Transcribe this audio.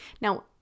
Now